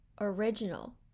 original